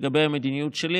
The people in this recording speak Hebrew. לגבי המדיניות שלי.